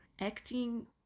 acting